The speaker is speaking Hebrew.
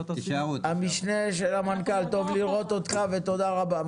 המשנה של המנכ"ל טוב לראות אותך ותודה רבה.